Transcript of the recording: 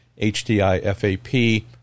H-D-I-F-A-P